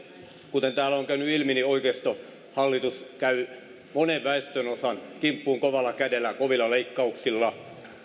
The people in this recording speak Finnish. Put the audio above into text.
kuten täällä on käynyt ilmi oikeistohallitus käy monen väestönosan kimppuun kovalla kädellä ja kovilla leikkauksilla